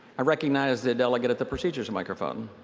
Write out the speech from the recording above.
i recognize the delegate at the procedures microphone.